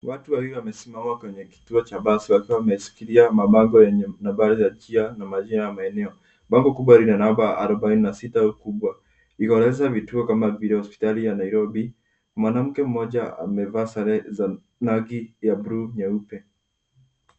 Watu wawili wamesimama kwenye kituo cha basi wakiwa wameshikilia mabango yenye nambari za njia na majina ya maeneo. Bango kubwa lina namba arubaini na sita ikonyesha vituo kama vile hospitali ya Nairobi. Mwanamke mmoja amevaa sare za rangi ya buluu nyeupe.